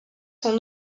son